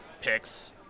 picks